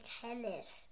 tennis